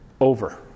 over